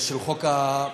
של חוק הצהרונים,